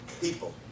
people